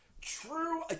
true